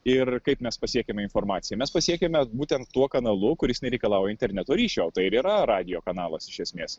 ir kaip mes pasiekiame informaciją mes pasiekiame būtent tuo kanalu kuris nereikalauja interneto ryšio tai ir yra radijo kanalas iš esmės